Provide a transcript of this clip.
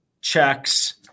checks